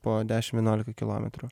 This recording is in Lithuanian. po dešim vienuolika kilometrų